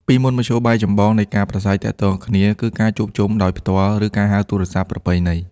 ពីមុន មធ្យោបាយចម្បងនៃការប្រាស្រ័យទាក់ទងគ្នាគឺ ការជួបជុំដោយផ្ទាល់ ឬ ការហៅទូរស័ព្ទប្រពៃណី។